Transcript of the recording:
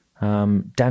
Dan